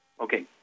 Okay